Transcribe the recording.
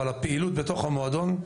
אבל הפעילות בתוך המועדון,